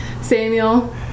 Samuel